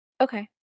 Okay